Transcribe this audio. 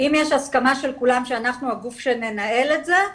אם יש הסכמה של כולם שאנחנו הגוף שננהל את זה,